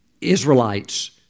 Israelites